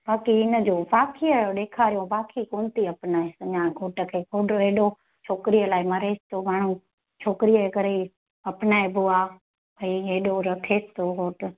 बाक़ी हिनजो पाखीअ जो ॾेखारियऊं पाखी कोन्ह थी अपनाएसि अञा घोट खे हुजो एॾो छोकिरीअ लाइ मरेसि थो पाण छोकिरीअ करे अपनाइबो आहे भाई एॾो रखेसि थो घोट